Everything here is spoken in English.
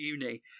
uni